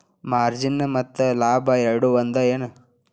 margin ಮತ್ತ ಲಾಭ ಎರಡೂ ಒಂದ ಏನ್